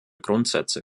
grundsätze